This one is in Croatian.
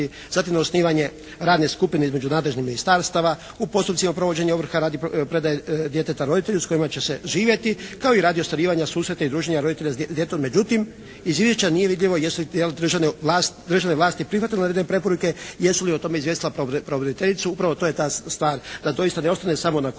zatim na osnivanje radne skupine između nadležnih ministarstava u postupcima provođenja ovrha radi predaje djeteta roditelju s kojim će živjeti kao i radi ostvarivanja susreta i druženja roditelja s djetetom, međutim iz izvješća nije vidljivo jesu li državne vlasti prihvatile … /Ne razumije se./ … preporuke, jesu li o tome izvijestila pravobraniteljicu, upravo to je ta stvar da doista ne ostane samo na